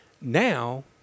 Now